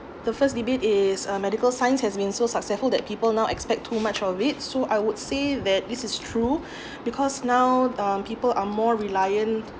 the first debate is uh medical science has been so successful that people now expect too much of it so I would say that this is true because now um people are more reliant